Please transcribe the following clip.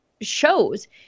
shows